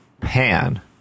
pan